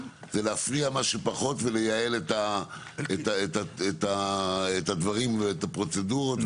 זה לייעל את הדברים ואת הפרוצדורות,